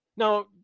Now